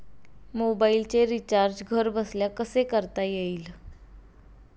मोबाइलचे रिचार्ज घरबसल्या कसे करता येईल?